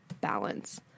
balance